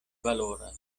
valoras